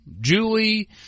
Julie